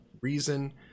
reason